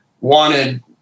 wanted